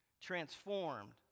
Transformed